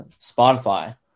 Spotify